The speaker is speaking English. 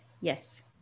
Yes